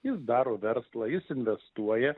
jis daro verslą jis investuoja